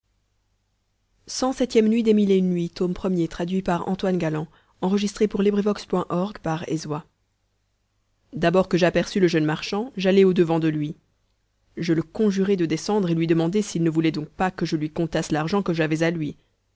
d'abord que j'aperçus le jeune marchand j'allai au-devant lui je le conjurai de descendre et lui demandai s'il ne voulait donc pas que je lui comptasse l'argent que j'avais à lui